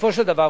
בסופו של דבר,